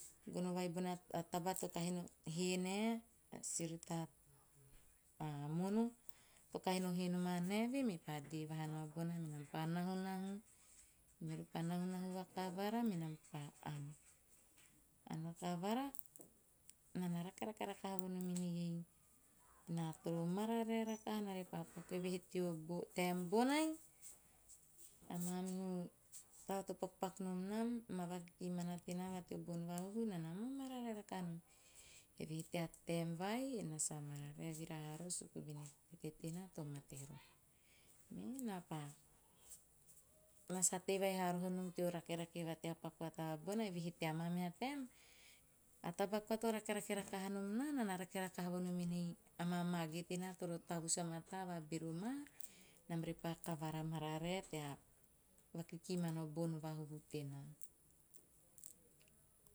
Gono vai bona taba to kahi no hee nae, a si rutaa mono to kahi no hee nom ana eve. Me pa vahaa nao bona menam pa nahunahu, meori pa nahunahu vakavara, menam pa ann, ann vakavara. Naa na rakerake rakaha vonom enei naa toro mararae rakaha naa repa paku. Eve he teo taem bonai, a mamihu taba to pakupaku nom nam tea vakikimana tenaa va nom. Eve he tea taem vai, naa sa mararae vira haa roro suku bene tenaa to mate roho. Meraunaa paa, naa sa tei vai haroho nom tea rakerake e va tea paku a taba bona, eve he tea maa neha naa na rake rakaha vonom enei a maa mage tenaa toro tavus vamata vabero maa mage tenaa toro tavus vamataa vabero maa nam repa kavara mararae tea vakiki mana o bon vahuhu tenaa.